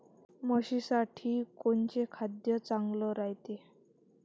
म्हशीसाठी कोनचे खाद्य चांगलं रायते?